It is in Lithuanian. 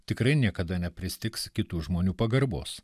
tikrai niekada nepristigs kitų žmonių pagarbos